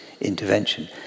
intervention